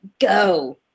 Go